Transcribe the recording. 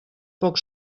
poc